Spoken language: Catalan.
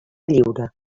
lliure